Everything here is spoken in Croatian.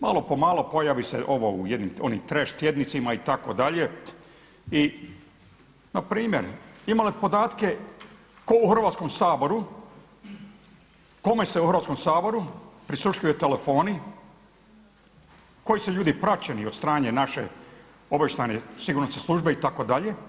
Malo po malo pojavi se ovo u onih trash tjednicima itd. i na primjer ima li podatke tko u Hrvatskom saboru, kome se u Hrvatskom saboru prisluškuju telefoni, koji su ljudi praćeni od strane naše Obavještajne sigurnosne službe itd.